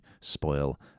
spoil